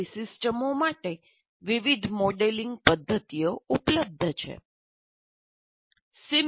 આવી સિસ્ટમો માટે વિવિધ મોડેલિંગ પદ્ધતિઓ ઉપલબ્ધ છે